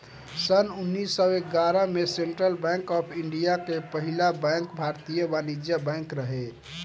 सन्न उन्नीस सौ ग्यारह में सेंट्रल बैंक ऑफ़ इंडिया के पहिला बैंक भारतीय वाणिज्यिक बैंक रहे